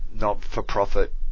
not-for-profit